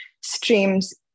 streams